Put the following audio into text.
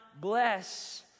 Bless